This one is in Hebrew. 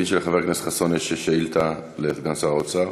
אני מבין שלחבר הכנסת חסון יש שאילתה לסגן שר האוצר.